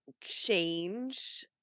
change